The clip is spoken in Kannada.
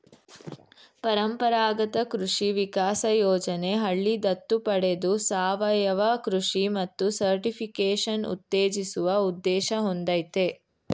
ಪರಂಪರಾಗತ ಕೃಷಿ ವಿಕಾಸ ಯೋಜನೆ ಹಳ್ಳಿ ದತ್ತು ಪಡೆದು ಸಾವಯವ ಕೃಷಿ ಮತ್ತು ಸರ್ಟಿಫಿಕೇಷನ್ ಉತ್ತೇಜಿಸುವ ಉದ್ದೇಶ ಹೊಂದಯ್ತೆ